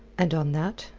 and on that,